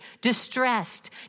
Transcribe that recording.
distressed